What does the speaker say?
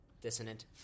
Dissonant